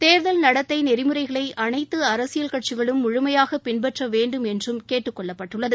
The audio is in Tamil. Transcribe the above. தேர்தல் நடத்தை நெறிமுறைகளை அனைத்து அரசியல் கட்சிகளும் முழுமையாக பின்பற்ற வேண்டும் என்றும் கேட்டுக் கொள்ளப்பட்டுள்ளது